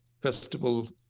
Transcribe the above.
festival